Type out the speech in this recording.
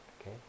Okay